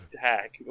hack